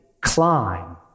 climb